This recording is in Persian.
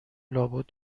لابد